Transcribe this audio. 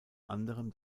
anderem